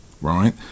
right